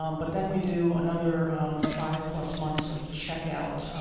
um but then we do another five-plus months of checkout.